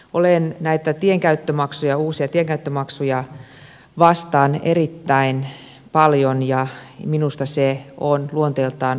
olen erittäin paljon näitä uusia tienkäyttömaksuja vastaan ja minusta ne ovat luonteeltaan uusi vero